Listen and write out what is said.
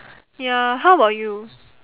ya how about you